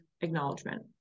acknowledgement